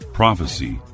prophecy